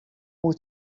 wyt